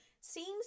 Seems